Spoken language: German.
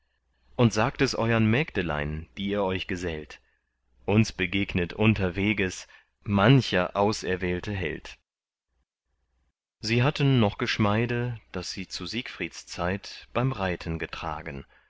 und sagt es euern mägdlein die ihr euch gesellt uns begegnet unterweges mancher auserwählte held sie hatte noch geschmeide das sie zu siegfrieds zeit beim reiten getragen